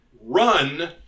run